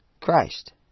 Christ